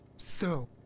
so,